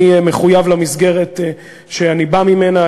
ואני מחויב למסגרת שאני בא ממנה,